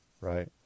right